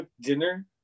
dinner